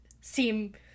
seem